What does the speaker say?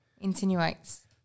insinuates